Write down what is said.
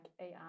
AI